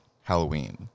Halloween